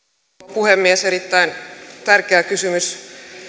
puhemies erittäin tärkeä kysymys